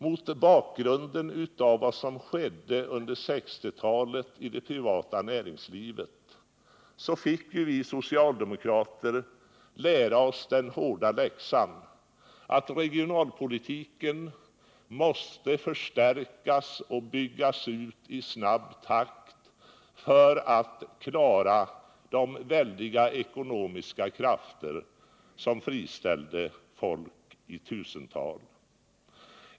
Mot bakgrunden av vad som under 1960-talet skedde i det privata näringslivet fick vi socialdemokrater lära oss att regionalpolitiken måste förstärkas och byggas ut i snabb takt för att klara de väldiga ekonomiska krafter som friställde folk i tusental.